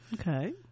okay